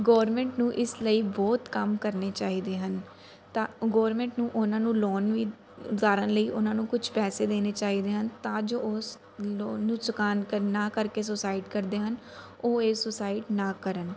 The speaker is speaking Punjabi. ਗੌਰਮੈਂਟ ਨੂੰ ਇਸ ਲਈ ਬਹੁਤ ਕੰਮ ਕਰਨੇ ਚਾਹੀਦੇ ਹਨ ਤਾਂ ਗੌਰਮੈਂਟ ਨੂੰ ਉਹਨਾਂ ਨੂੰ ਲੋਨ ਵੀ ਉਤਾਰਨ ਲਈ ਉਹਨਾਂ ਨੂੰ ਕੁਛ ਪੈਸੇ ਦੇਣੇ ਚਾਹੀਦੇ ਹਨ ਤਾਂ ਜੋ ਉਸ ਲੋਨ ਨੂੰ ਚੁਕਾਉਣ ਨਾ ਕਰਕੇ ਸੁਸਾਈਡ ਕਰਦੇ ਹਨ ਉਹ ਇਹ ਸੁਸਾਈਡ ਨਾ ਕਰਨ